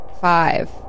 Five